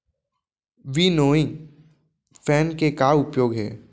Winnowing fan के का उपयोग हे?